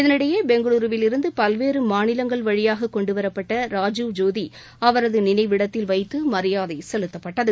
இதற்கிடையே பெங்களூருவில் இருந்து பல்வேறு மாநிலங்கள் வழியாக கொண்டுவரப்பட்ட ராஜீவ் ஜோதி அவரது நினைவிடத்தில் வைத்து மரியாதை செலுத்தப்பட்டது